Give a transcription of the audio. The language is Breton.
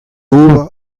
ober